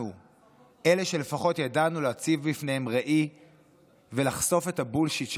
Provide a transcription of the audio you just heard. אנחנו אלה שלפחות ידענו להציג בפניהם ראי ולחשוף את הבולשיט שלהם.